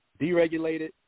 deregulated